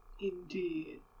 Indeed